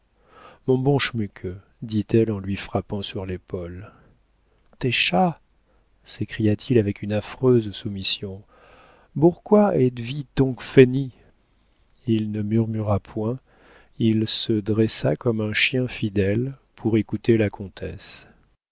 mon bon schmuke dit-elle en lui frappant sur l'épaule téchâ s'écria-t-il avec une affreuse soumission bourkoi êdes vis tonc fennie il ne murmura point il se dressa comme un chien fidèle pour écouter la comtesse